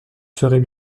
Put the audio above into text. serait